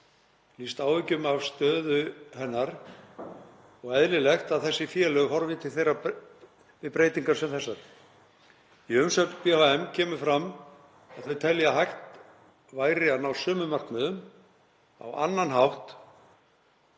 lýst áhyggjum af stöðu hennar og eðlilegt að þessi félög horfi til þeirra við breytingar sem þessar. Í umsögn BHM kemur fram að þau telja að hægt væri að ná sömu markmiðum á annan hátt,